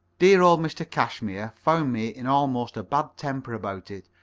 dear old mr. cashmere found me in almost a bad temper about it,